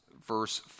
verse